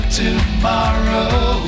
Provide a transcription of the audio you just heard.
tomorrow